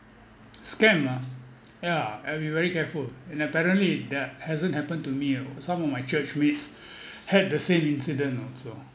scam ah yeah I'll be very careful and apparently that hasn't happened to me alone some of my church mates had the same incident also